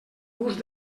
gust